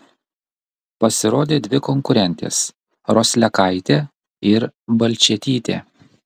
pasirodė dvi konkurentės roslekaitė ir balčėtytė